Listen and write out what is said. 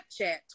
Snapchat